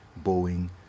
Boeing